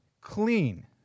clean